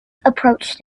approached